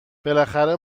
بالاخره